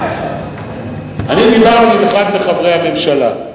אני דיברתי עם אחד מחברי הממשלה,